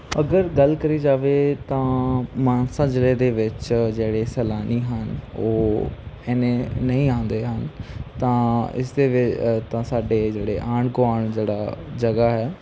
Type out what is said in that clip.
ਅਗਰ ਗੱਲ ਕਰੀ ਜਾਵੇ ਤਾਂ ਮਾਨਸਾ ਜ਼ਿਲ੍ਹੇ ਦੇ ਵਿੱਚ ਜਿਹੜੇ ਸੈਲਾਨੀ ਹਨ ਉਹ ਇੰਨੇ ਨਹੀਂ ਆਉਂਦੇ ਹਨ ਤਾਂ ਇਸਦੇ ਵਿ ਤਾਂ ਸਾਡੇ ਜਿਹੜੇ ਆਂਢ ਗੁਆਂਢ ਜਿਹੜਾ ਜਗ੍ਹਾ ਹੈ